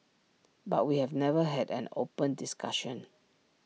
but we've never had an open discussion